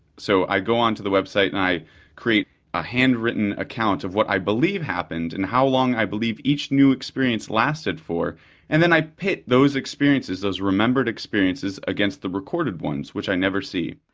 so i go on to the website and i create a handwritten account of what i believe happened and how long i believe each new experience lasted for and then i pit those experiences, those remembered experiences against the recorded ones, which i never see.